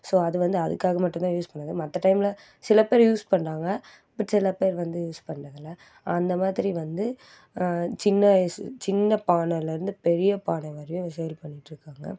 so அது வந்து அதுக்காக மட்டும் தான் யூஸ் பண்ணுறாங்க மற்ற டைமில் சிலப்பேர் யூஸ் பண்ணுறாங்க பட் சிலப்பேர் வந்து யூஸ் பண்றதில்ல அந்தமாதிரி வந்து சின்ன வயசு சின்ன பானைலேருந்து பெரிய பானை வரையும் சேல் பண்ணிட்டுருக்காங்க